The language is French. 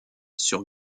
sur